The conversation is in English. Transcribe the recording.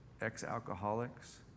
ex-alcoholics